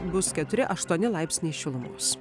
bus keturi aštuoni laipsniai šilumos